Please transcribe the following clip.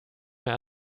mehr